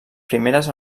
primeres